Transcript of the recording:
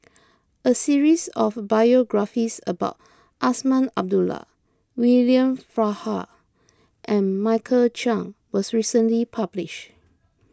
a series of biographies about Azman Abdullah William Farquhar and Michael Chiang was recently published